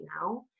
now